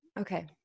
Okay